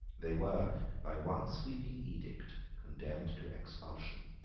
they were by one sweeping edict condemned to expulsion.